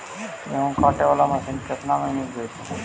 गेहूं काटे बाला मशीन केतना में मिल जइतै?